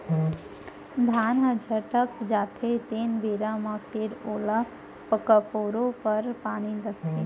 धान ह छटक जाथे तेन बेरा म फेर ओला पकोए बर पानी लागथे